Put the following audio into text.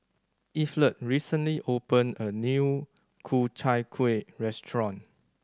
Evette recently opened a new Ku Chai Kuih restaurant